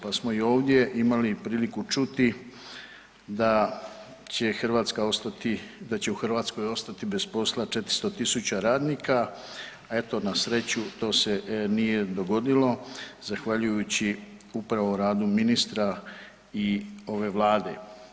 Pa smo i ovdje imali priliku čuti da će Hrvatska ostati, da će u Hrvatskoj ostati bez posla 400.000 radnika, a eto na sreću to se nije dogodilo zahvaljujući upravo radu ministra i ove Vlade.